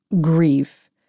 grief